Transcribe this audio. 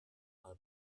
pel